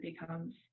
becomes